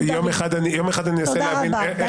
תודה רבה.